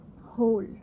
whole